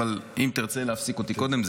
ואם תרצה להפסיק אותי קודם,